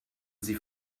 sie